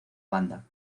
banda